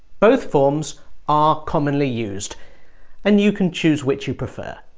both forms are commonly used and you can choose which you prefer.